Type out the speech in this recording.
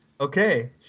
okay